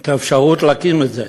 את האפשרות להקים את זה.